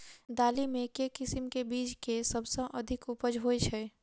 दालि मे केँ किसिम केँ बीज केँ सबसँ अधिक उपज होए छै?